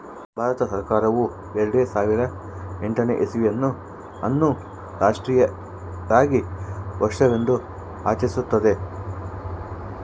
ಭಾರತ ಸರ್ಕಾರವು ಎರೆಡು ಸಾವಿರದ ಎಂಟನೇ ಇಸ್ವಿಯನ್ನು ಅನ್ನು ರಾಷ್ಟ್ರೀಯ ರಾಗಿ ವರ್ಷವೆಂದು ಆಚರಿಸುತ್ತಿದ್ದಾರೆ